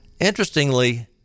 Interestingly